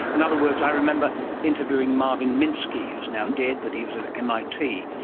in other words, i remember interviewing marvin minsky who is now dead but he was at mit,